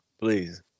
please